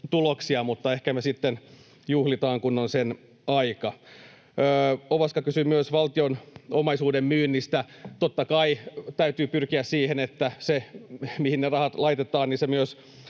tuloksia, mutta ehkä me sitten juhlitaan, kun on sen aika. Ovaska kysyi myös valtion omaisuuden myynnistä. Totta kai täytyy pyrkiä siihen, että se, mihin ne rahat laitetaan,